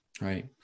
Right